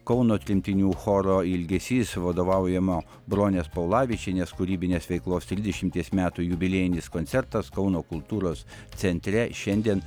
kauno tremtinių choro ilgesys vadovaujamo bronės paulavičienės kūrybinės veiklos trisdešimties metų jubiliejinis koncertas kauno kultūros centre šiandien